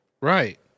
Right